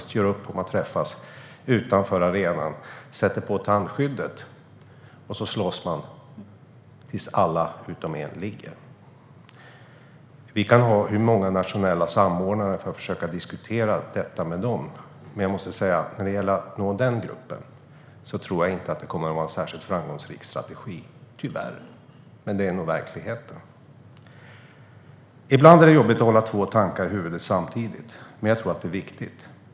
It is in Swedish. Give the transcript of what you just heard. De gör upp om att träffas utanför arenan, sätter på tandskyddet och så slåss de tills alla utom en ligger ned. Vi kan ha hur många nationella samordnare som helst för att försöka diskutera detta med dem, men jag måste säga att när det gäller att nå den gruppen tror jag inte att det kommer att vara en särskilt framgångsrik strategi. Tyvärr, men det är nog verkligheten. Ibland är det jobbigt att hålla två tankar i huvudet samtidigt, men jag tror att det är viktigt.